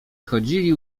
chodzili